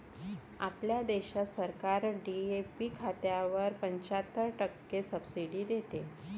आपल्या देशात सरकार डी.ए.पी खतावर पंच्याहत्तर टक्के सब्सिडी देते